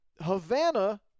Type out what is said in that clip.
Havana